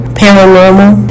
paranormal